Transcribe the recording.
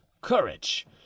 courage